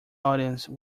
audience